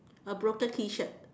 a broken T-shirt